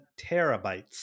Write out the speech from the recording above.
terabytes